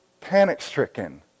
panic-stricken